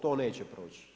To neće proći.